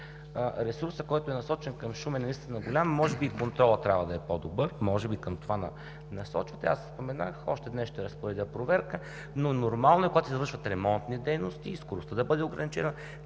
Ресурсът, който е насочен към Шумен, е наистина голям. Може би и контролът трябва да е по-добър. Може би към това ме насочвате. Аз споменах: още днес ще разпоредя проверка, но е нормално, когато се извършват ремонтни дейности, и скоростта да бъде ограничена,